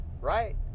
right